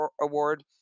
Award